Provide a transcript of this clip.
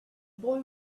boy